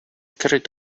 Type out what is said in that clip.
carried